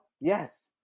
Yes